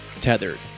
Tethered